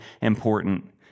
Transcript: important